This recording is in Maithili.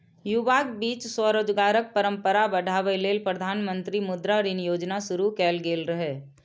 युवाक बीच स्वरोजगारक परंपरा बढ़ाबै लेल प्रधानमंत्री मुद्रा ऋण योजना शुरू कैल गेल रहै